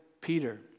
Peter